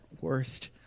worst